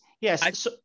yes